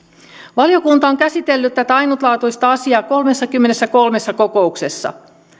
valiokunta on käsitellyt tätä ainutlaatuista asiaa kolmessakymmenessäkolmessa kokouksessa